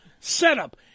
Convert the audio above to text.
setup